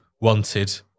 wanted